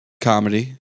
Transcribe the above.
Comedy